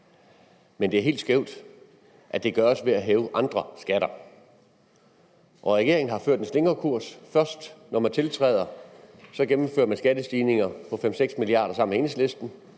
men det er helt skævt, at det gøres ved at hæve andre skatter. Regeringen har ført en slingrekurs: Først, da man tiltrådte, gennemførte man skattestigninger for 5-6 mia. kr. sammen med Enhedslisten,